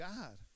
God